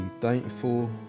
thankful